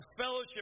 fellowship